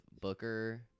Booker